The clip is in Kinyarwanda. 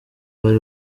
bari